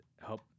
help